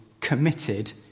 committed